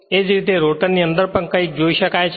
એ જ રીતે રોટરની અંદર પણ કંઈક જોઈ શકાય છે